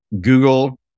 Google